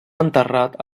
enterrat